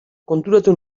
konturatu